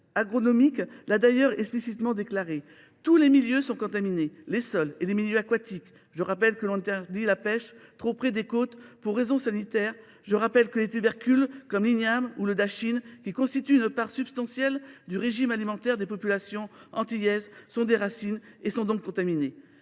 agronomique (Inra) l’a d’ailleurs explicitement déclaré : tous les milieux sont contaminés, les sols comme les eaux. Je rappelle que l’on interdit la pêche trop près des côtes pour des raisons sanitaires, que les tubercules comme l’igname ou le dachine, qui constituent une part substantielle du régime alimentaire des populations antillaises, sont des racines et sont donc contaminés.